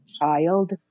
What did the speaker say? child